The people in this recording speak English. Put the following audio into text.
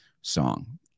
song